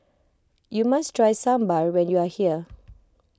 you must try Sambar when you are here